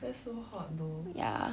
that's so hot though